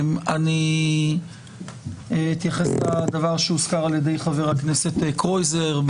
אני אתייחס לדבר שהוזכר על ידי חבר הכנסת קרויזר.